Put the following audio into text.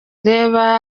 reba